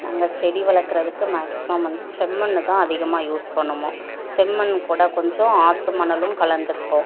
நாங்கள் செடி வளர்க்குறதுக்கு மேக்ஸிமம் வந்து செம்மண்ணை தான் அதிகமாக யூஸ் பண்ணுவோம் செம்மண் கூட கொஞ்சம் ஆற்று மணலும் கலந்துப்போம்